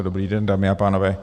Dobrý den, dámy a pánové.